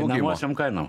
einamosiom kainom